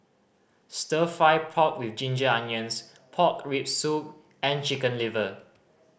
Stir Fry pork with ginger onions pork rib soup and Chicken Liver